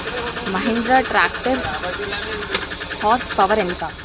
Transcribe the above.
Mahindra tractor horse power ఎంత?